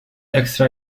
extra